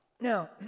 Now